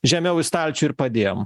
žemiau į stalčių ir padėjom